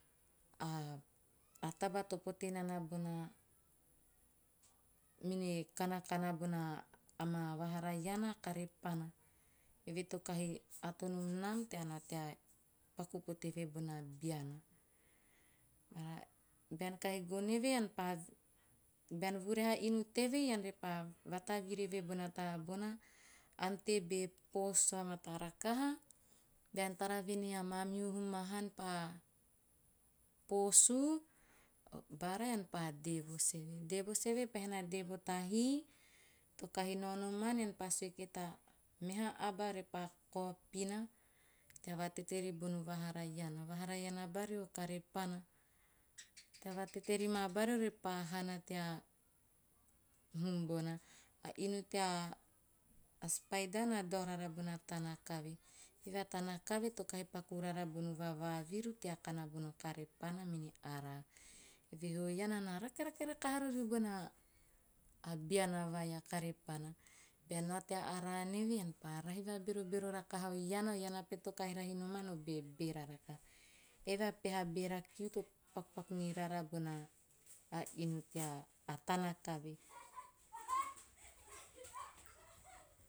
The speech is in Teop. A taba to pote nana bona mene kanakana bona a ma a vahara iana, karepana. Eve to kahi ato nom nam tea paku pote eve bona beana. Bara, bean kahi gono eve, ean pa bean vurahe a inu teve ean repa vataviri eve bona taba bona ante be poos vamataa rakaha, bean tara voen ei amamihu ma han pa poos u, baara ean pa dee vos eve. Dee vos eve, ean pa pahena dee vo tahi, to kahi daonoman ean pa sue kie ta meha aba repa kao pina tea vatete ribono vahara iana. Vahara iana bari o kare pana, kahi vatete rima bari repa ma hana tea hum bona. A inu tea spider na dao rara bona tanakave. Eve a tanakave to kahi pakun raara bon vavaviru tea kana bona karepana mene araa. Eve he o iana na bona kare pana mene araa. Eve he o iana na rakerake rakaha rori bona beana vai a karepana. Bean nao tea araa meve ean pa rahi va berobero rakha o iana, o iana pete to kahi rahi noman o bebeera rakaha. Eve a peha kiu to pakupaku niraara bona inu tea, a tanakave.